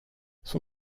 son